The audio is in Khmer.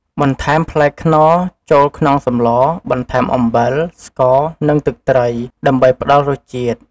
បន្ថែមផ្លែខ្នុរចូលក្នុងសម្ល បន្ថែមអំបិល ស្ករ និងទឹកត្រី ដើម្បីផ្តល់រសជាតិ។